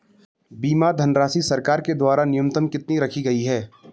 बीमा धनराशि सरकार के द्वारा न्यूनतम कितनी रखी गई है?